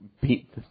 beat